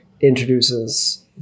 introduces